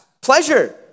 pleasure